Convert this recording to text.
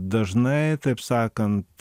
dažnai taip sakant